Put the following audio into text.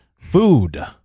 Food